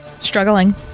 struggling